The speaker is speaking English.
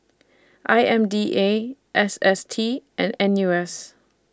I M D A S S T and N U S